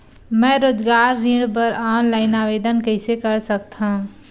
मैं रोजगार ऋण बर ऑनलाइन आवेदन कइसे कर सकथव?